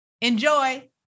Enjoy